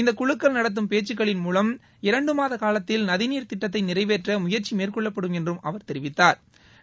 இந்த ஞ் ழுக்கள் நடத்தும் பேச்சுக்களின் மூலம் இரண்டு மாத காலத்தி ல் நிதிநீ ா் திட்டத்தை நிறை வேற் ற முய ற்கி மே ற் கொள்ளப்படும் அவா தொிவித்தாா்